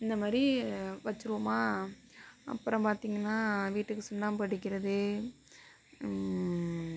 இந்த மாதிரி வச்சிருவோமா அப்புறம் பார்த்திங்கன்னா வீட்டுக்கு சுண்ணாம்பு அடிக்கிறது